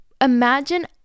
imagine